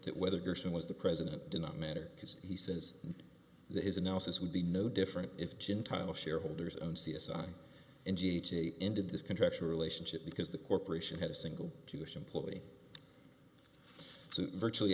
that whether gerson was the president did not matter because he says that his analysis would be no different if gentile shareholders own c s i and j j ended the contractual relationship because the corporation had a single jewish employee so virtually